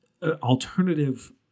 Alternative